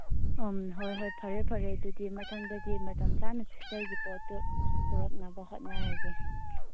ꯎꯝ ꯍꯣꯏ ꯍꯣꯏ ꯐꯔꯦ ꯐꯔꯦ ꯑꯗꯨꯗꯤ ꯃꯊꯪꯗꯗꯤ ꯃꯇꯝ ꯆꯥꯅ ꯁꯤꯁꯇꯔꯒꯤ ꯄꯣꯠꯇꯨ ꯄꯨꯔꯛꯅꯕ ꯍꯣꯠꯅꯔꯒꯦ